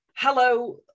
hello